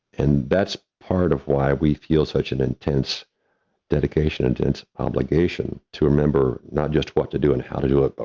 and that's part of why we feel such an intense dedication, intense obligation to remember not just what to do and how to do it, but